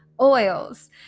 oils